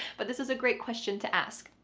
but this is a great question to ask,